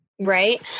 Right